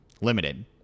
limited